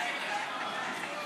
הם לא הבינו.